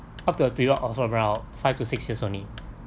up to a period of around five to six years only